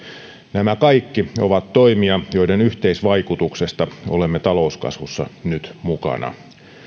nämä kaikki ovat toimia joiden yhteisvaikutuksesta olemme talouskasvussa nyt mukana